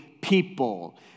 people